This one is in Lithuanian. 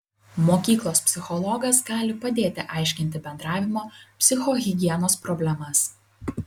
mokyklos psichologas gali padėti aiškinti bendravimo psichohigienos problemas